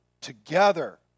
together